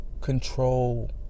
control